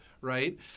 right